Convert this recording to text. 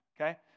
Okay